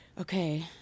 okay